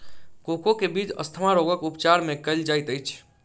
cocoa के बीज asthma रोगक उपचार मे कयल जाइत अछि